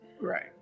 right